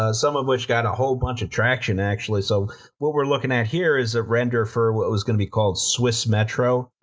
ah some of which got a whole bunch of traction, actually. so what we're looking at here is a render for what was gonna be called swissmetro,